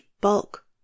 bulk